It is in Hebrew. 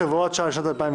10 והוראת שעה לשנת 2020)